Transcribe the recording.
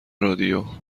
رادیو